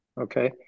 Okay